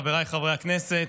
חבריי חברי הכנסת,